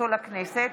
להגשתו לכנסת),